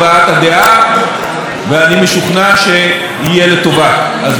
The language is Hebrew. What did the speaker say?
ואני משוכנע שיהיה לטובה, אז בהצלחה וכל טוב.